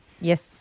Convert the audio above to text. Yes